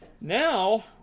Now